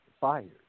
fired